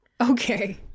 Okay